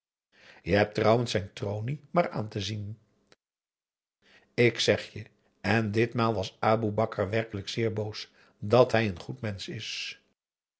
je hebt trouwens zijn tronie maar aan te zien ik zeg je en ditmaal was aboe bakar werkelijk zeer boos dat hij een goed mensch is